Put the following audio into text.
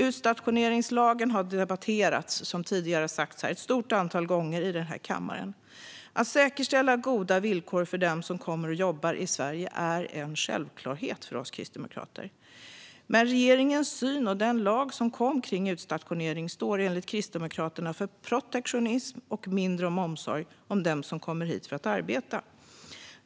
Utstationeringslagen har debatterats, som tidigare sagts här, ett stort antal gånger i kammaren. Att säkerställa goda villkor för dem som kommer och jobbar i Sverige är en självklarhet för oss kristdemokrater. Men regeringens syn och den lag som kom om utstationering står enligt Kristdemokraterna för protektionism och handlar mindre om omsorg om dem som kommer hit för att arbeta.